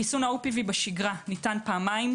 חיסון ה-OPV בשגרה ניתן פעמיים,